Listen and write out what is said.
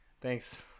thanks